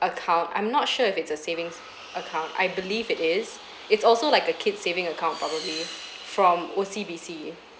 account I'm not sure if it's a savings account I believe it is it's also like a kids' saving account probably from O_C_B_C